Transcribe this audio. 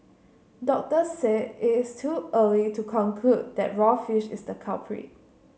doctors said it is too early to conclude that raw fish is the culprit